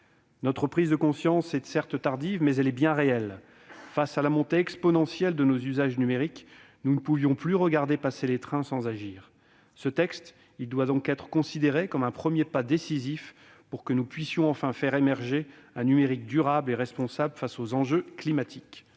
Notre prise de conscience est certes tardive, mais elle est bien réelle. Face à la croissance exponentielle de nos usages numériques, nous ne pouvions plus regarder passer les trains sans agir. Ce texte doit donc être considéré comme un premier pas décisif pour que nous puissions enfin faire émerger un numérique durable et responsable face aux enjeux climatiques.